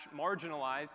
marginalized